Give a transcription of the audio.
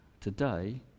today